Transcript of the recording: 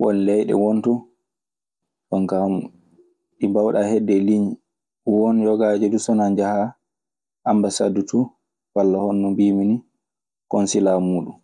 Won leyɗe won ton jon kaa ɗi mbaawɗaa heɓde e liñ. Won yogaaje du so wanaa njahaa ambasad too walla hono no mbiimi nii konsilaa muuɗun.